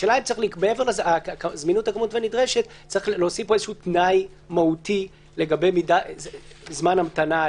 השאלה אם מעבר לזה יש להוסיף תנאי מהותי לגבי זמן ההמתנה,